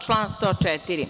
Član 104.